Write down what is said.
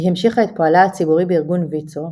היא המשיכה את פועלה הציבורי בארגון ויצו,